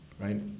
right